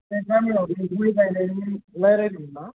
नोंसा गामियाव गय गायनायनि रायज्लायदों ना